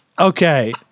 okay